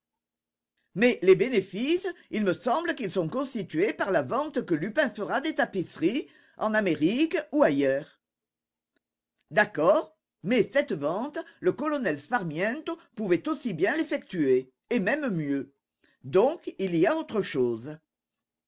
mais les bénéfices il me semble qu'ils sont constitués par la vente que lupin fera des tapisseries en amérique ou ailleurs d'accord mais cette vente le colonel sparmiento pouvait aussi bien l'effectuer et même mieux donc il y a autre chose